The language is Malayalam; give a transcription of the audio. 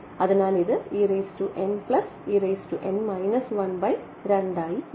അതിനാൽ ഇത് ആയി മാറി